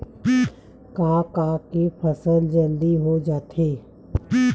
का का के फसल जल्दी हो जाथे?